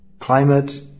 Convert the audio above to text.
climate